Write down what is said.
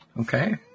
Okay